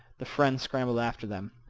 the friend scrambled after them.